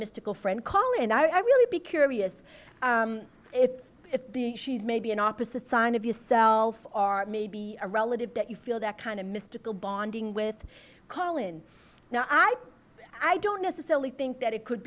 mystical friend call and i really be curious if it be she's maybe an opposite sign of yourself are maybe a relative that you feel that kind of mystical bonding with collin now i i don't necessarily think that it could